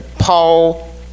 Paul